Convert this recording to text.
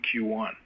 Q1